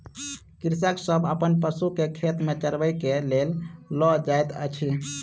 कृषक सभ अपन पशु के खेत में चरबै के लेल लअ जाइत अछि